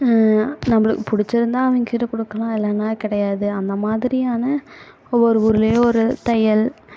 நம்பளுக்கு பிடிச்சிருந்தா அவங்ககிட்ட கொடுக்கலாம் இல்லைனா கிடையாது அந்தமாதிரியான ஒவ்வொரு ஊரிலையும் ஒரு தையல்